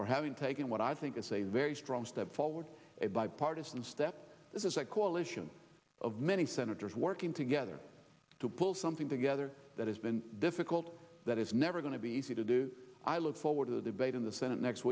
for having taken what i think is a very strong step forward a bipartisan step this is a coalition of many senators working together to pull something together that has been difficult that is never going to be easy to do i look forward to the debate in the senate next